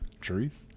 truth